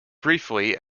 briefly